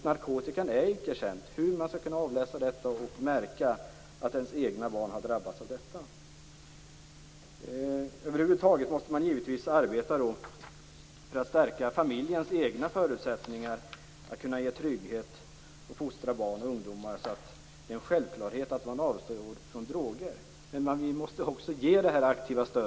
Men det är inte känt hur man kan märka att ens egna barn har drabbats av narkotikamissbruk. Man måste givetvis arbeta för att stärka familjens egna förutsättningar att ge trygghet och fostra barn och ungdomar så att det är en självklarhet att dessa avstår från droger. Men vi måste också ge ett aktivt stöd.